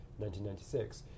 1996